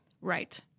Right